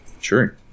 Sure